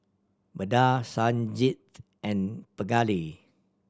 Vedre Sanjeev and Pingali